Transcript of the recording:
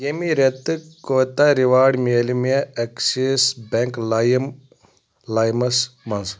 ییٚمہِ رٮ۪تہٕ کوٗتاہ رِواڑ میلہِ مےٚ ایٚکسِس بیٚنٛک لایِم لایِمس منٛز